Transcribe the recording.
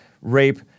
rape